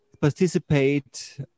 participate